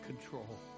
control